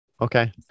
okay